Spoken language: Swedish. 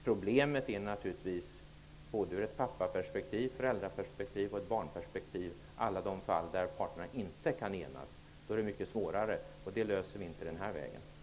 Problemet är naturligtvis ur både pappa-, föräldra och barnperspektiv alla de fall där parterna inte kan enas. Då är det svårare, och de problemen löses inte med hjälp av dessa förslag.